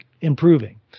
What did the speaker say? improving